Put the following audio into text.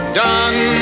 done